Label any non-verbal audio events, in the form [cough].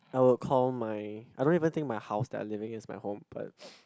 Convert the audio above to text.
I would call my I don't even think my house that I'm living in is my home but [noise]